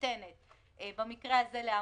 הוועדה יכולה לפנות בשאלות מסוימות לרשות